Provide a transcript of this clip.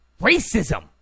Racism